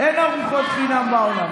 אין ארוחות חינם בעולם.